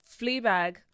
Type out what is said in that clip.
Fleabag